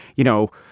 you know,